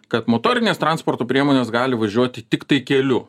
kad motorinės transporto priemonės gali važiuoti tiktai keliu